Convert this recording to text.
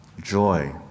joy